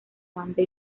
banda